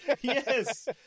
Yes